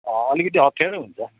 अलिकति अप्ठ्यारो हुन्छ